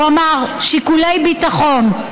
הוא אמר: שיקולי ביטחון.